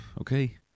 Okay